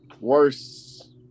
worse